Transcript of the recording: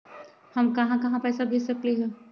हम कहां कहां पैसा भेज सकली ह?